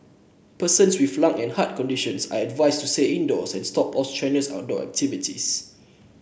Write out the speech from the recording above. persons with lung and heart conditions are advised to stay indoors and stop all strenuous outdoor activities